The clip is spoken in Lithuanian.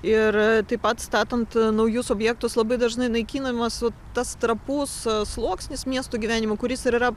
ir taip pat statant naujus objektus labai dažnai naikinamas tas trapus sluoksnis miesto gyvenimu kuris ir yra